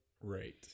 Right